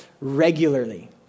regularly